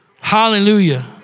hallelujah